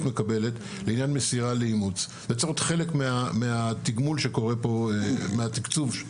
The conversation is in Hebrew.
מקבלת לעניין מסירה לאימוץ בצורת חלק מהתקצוב של הפרויקט.